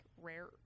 rare